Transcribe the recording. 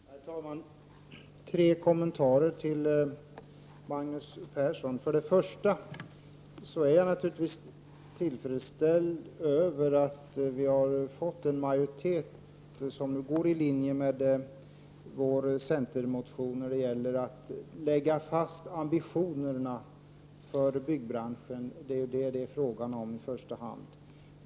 Herr talman! Tre kommentarer vill jag göra till Magnus Perssons anförande. För det första är jag naturligtvis till freds med att vi fått en majoritet för det förslag som går i linje med centermotionen om att lägga fast ambitionerna för byggbranschen. Det är vad det i första hand är fråga om.